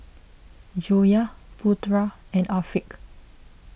Joyah Putra and Afiq